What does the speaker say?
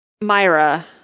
Myra